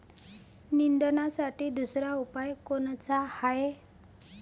निंदनासाठी दुसरा उपाव कोनचा हाये?